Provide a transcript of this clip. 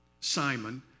Simon